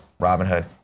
Robinhood